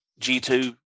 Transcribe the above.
G2